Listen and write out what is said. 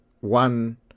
one